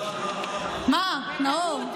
מה, נאור?